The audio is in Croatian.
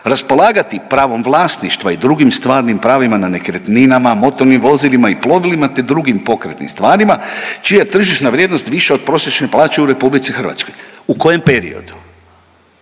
raspolagati pravom vlasništva i drugim stvarnim pravima na nekretninama, motornim vozilima i plovilima, te drugim pokretnim stvarima čija je tržišna vrijednost viša od prosječne plaće u Republici Hrvatskoj. U kojem periodu?